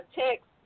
text